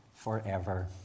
forever